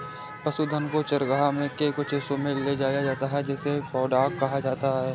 पशुधन को चरागाह के कुछ हिस्सों में ले जाया जाता है जिसे पैडॉक कहा जाता है